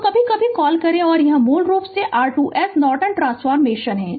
तो कभी कभी कॉल करें कि यह मूल रूप से R2s नॉर्टन ट्रांसफ़ॉर्मेशन है